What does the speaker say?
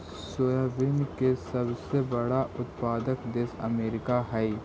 soybean के सबसे बड़ा उत्पादक देश अमेरिका हइ